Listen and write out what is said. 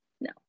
no